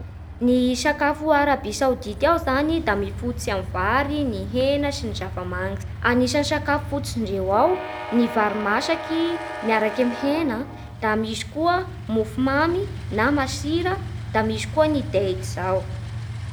Ny sakafo a Arabia Saodita ao zany da mifototsy amin'ny vary, ny hena sy ny zava-manitsy Anisan'ny sakafo fototsy ndreo ao ny vary masaky miaraky amin'ny hena, da misy koa mofo mamy na masira, da misy koa ny deise zao